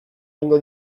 egingo